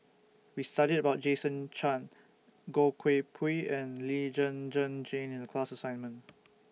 We studied about Jason Chan Goh Koh Pui and Lee Zhen Zhen Jane in The class assignment